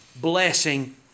blessing